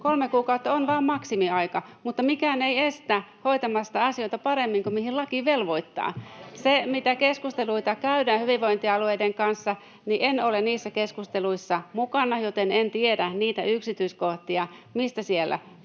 Te viette rahat!] mutta mikään ei estä hoitamasta asioita paremmin kuin mihin laki velvoittaa. Mitä tulee siihen, että mitä keskusteluita käydään hyvinvointialueiden kanssa, niin en ole niissä keskusteluissa mukana, joten en tiedä niitä yksityiskohtia, mistä siellä